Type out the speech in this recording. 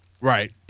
Right